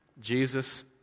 Jesus